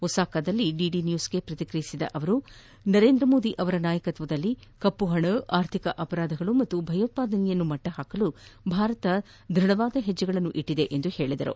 ಬಸಾಕಾದಲ್ಲಿ ಡಿಡಿನ್ಸೊಸ್ಗೆ ಪ್ರತಿಕಿಯಿಸಿದ ಅವರು ನರೇಂದ್ರ ಮೋದಿ ಅವರ ನಾಯಕತ್ವದಲ್ಲಿ ಕಪ್ಪುಹಣ ಅರ್ಥಿಕ ಅಪರಾಧಿಗಳು ಮತ್ತು ಭಯೋತ್ವಾದನೆಯನ್ನು ಮಟ್ಟಹಾಕಲು ಭಾರತ ಧೃಡಹೆಜ್ಜೆ ಇರಿಸಿದೆ ಎಂದು ಹೇಳಿದರು